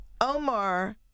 Omar